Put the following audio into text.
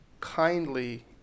kindly